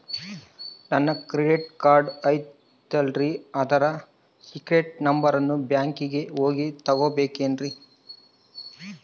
ನನ್ನ credit card ಐತಲ್ರೇ ಅದರ ಸೇಕ್ರೇಟ್ ನಂಬರನ್ನು ಬ್ಯಾಂಕಿಗೆ ಹೋಗಿ ತಗೋಬೇಕಿನ್ರಿ?